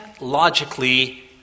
logically